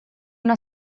una